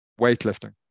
weightlifting